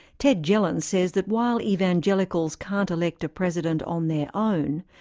ted jelen says that while evangelicals can't elect a president on their own,